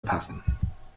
passen